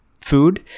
food